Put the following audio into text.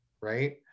Right